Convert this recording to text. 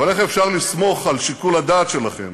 אבל איך אפשר לסמוך על שיקול הדעת שלכם